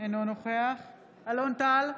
אינו נוכח אלון טל,